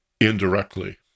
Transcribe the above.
indirectly